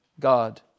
God